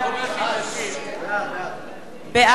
בעד